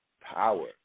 power